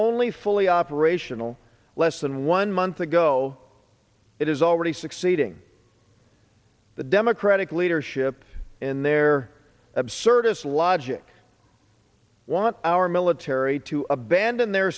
only fully operational less than one month ago it is already succeeding the democratic leadership and their absurdist logic want our military to abandon their